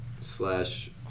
slash